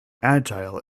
agile